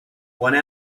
one